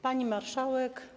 Pani Marszałek!